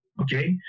Okay